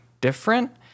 different